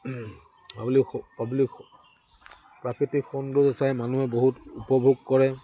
প্ৰাকৃতিক সৌন্দৰ্য চাই মানুহে বহুত উপভোগ কৰে